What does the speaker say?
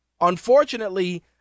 Unfortunately